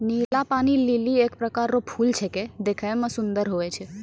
नीला पानी लीली एक प्रकार रो फूल छेकै देखै मे सुन्दर हुवै छै